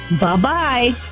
Bye-bye